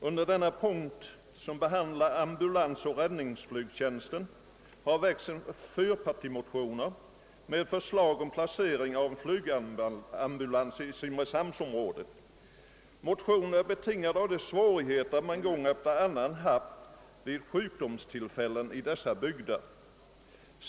Herr talman! Under denna punkt behandlas en fyrpartimotion vari föreslås att en flygambulans skall placeras i simrishamnsområdet. Motionen är betingad av de svårigheter man gång efter annan haft vid sjukdomsfall i dessa bygder.